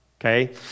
okay